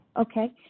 Okay